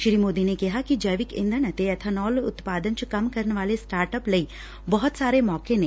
ਸ੍ਰੀ ਮੋਦੀ ਨੇ ਕਿਹਾ ਕਿ ਜੈਵਿਕ ਇੰਧਣ ਅਤੇ ਏਬਾਨੋਲ ਉਤਪਾਦਨ ਚ ਕੰਮ ਕਰਨ ਵਾਲੇ ਸਟਾਪ ਅੱਪ ਲਈ ਬਹੁਤ ਸਾਰੇ ਮੌਕੇ ਨੇ